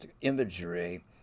imagery